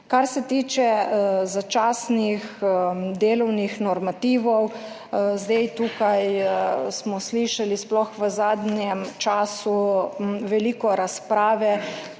Kar se tiče začasnih delovnih normativov, tukaj smo slišali sploh v zadnjem času veliko razprave